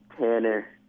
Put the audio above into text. Tanner